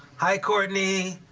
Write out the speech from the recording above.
hi, courtney!